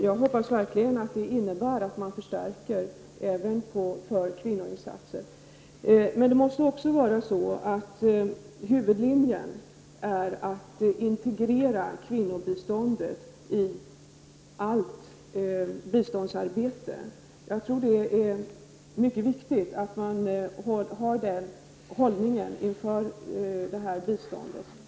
Jag hoppas verkligen att det kommer att innebära att man får förstärkningar även när det gäller kvinnoinsatser. Det måste ändå vara huvudlinjen att integrera kvinnobiståndet i allt biståndsarbete. Jag tror att det är mycket viktigt att man har den inställningen till detta bistånd.